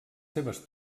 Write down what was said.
seves